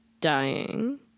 dying